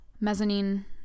Mezzanine